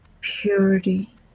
purity